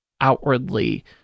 outwardly